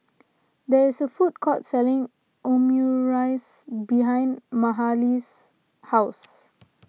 there is a food court selling Omurice behind Mahalie's house